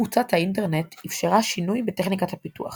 תפוצת האינטרנט אפשרה שינוי בטכניקת הפיתוח